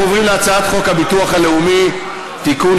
אנחנו עוברים להצעת חוק הביטוח הלאומי (תיקון,